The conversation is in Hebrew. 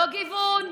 לא גיוון,